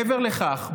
מעבר לכך,